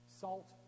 salt